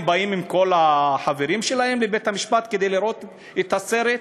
הם באים עם כל החברים שלהם לבית-המשפט כדי לראות את הסרט?